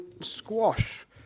squash